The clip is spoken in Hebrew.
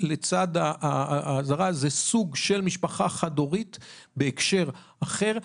זה סוג של משפחה חד הורית בהקשר אחר.